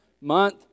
month